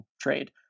trade